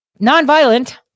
nonviolent